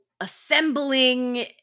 assembling